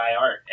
art